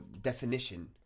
definition